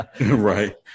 Right